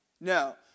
No